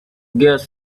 gas